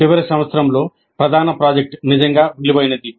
చివరి సంవత్సరంలో ప్రధాన ప్రాజెక్ట్ నిజంగా విలువైనది